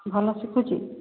ଭଲ୍ ଶିଖୁଛି